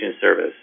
service